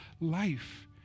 life